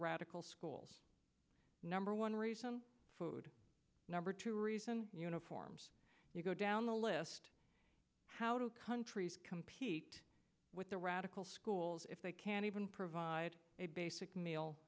radical schools number one reason food number two reason uniforms you go down the list how do countries compete with the radical schools if they can't even provide a basic meal